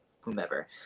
whomever